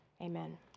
Amen